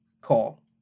call